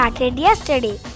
Yesterday